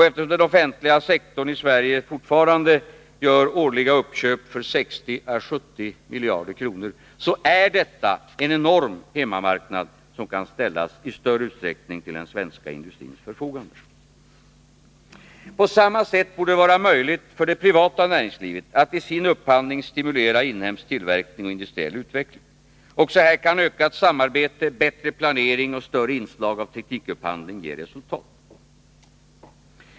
Eftersom den offentliga sektorn i Sverige fortfarande gör årliga uppköp för 60å 70 miljarder kronor, är detta en enorm hemmamarknad som kan ställas i större utsträckning till den svenska industrins förfogande. På samma sätt borde det vara möjligt för det privata näringslivet att i sin upphandling stimulera inhemsk tillverkning och industriell utveckling. Också här kan ökat samarbete, bättre planering och större inslag av teknikupphandling ge resultat.